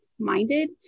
minded